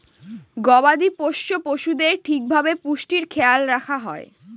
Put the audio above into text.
গবাদি পোষ্য পশুদের ঠিক ভাবে পুষ্টির খেয়াল রাখা হয়